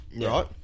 Right